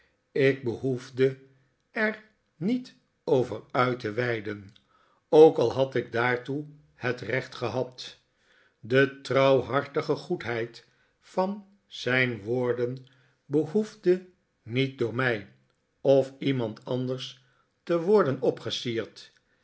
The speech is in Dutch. ik behoefde er niet over uit te weiden ook al had ik daartoe het recht gehad de trouwhartige goedheid van zijn woorden behoefde niet door mij of iemand anders te worden opgesierd